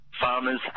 farmers